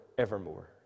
evermore